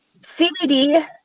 CBD